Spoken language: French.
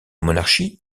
monarchie